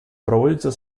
проводится